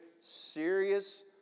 serious